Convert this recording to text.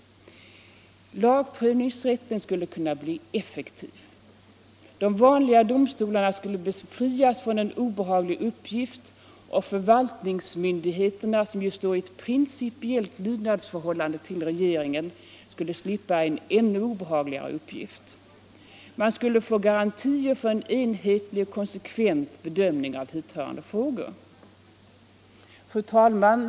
Lagprövningen skulle kunna bli effektiv. De vanliga domstolarna skulle befrias från en obehaglig uppgift, och förvaltningsmyndigheterna, som ju står i ett principiellt lydnadsförhållande till regeringen, skulle slippa en ännu obehagligare uppgift. Man skulle få garantier för en enhetlig och konsekvent bedömning av hithörande frågor. Fru talman!